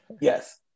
yes